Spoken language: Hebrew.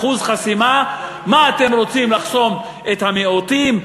אחוז חסימה, מה, אתם רוצים לחסום את המיעוטים?